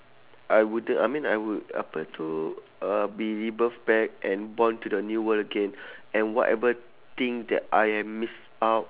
I would uh I mean I would apa tu uh be rebirth back and born to the new world again and whatever thing that I have miss out